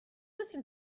listen